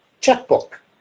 checkbook